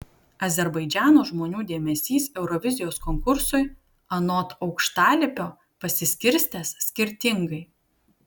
azerbaidžano žmonių dėmesys eurovizijos konkursui anot aukštalipio pasiskirstęs skirtingai